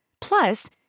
Plus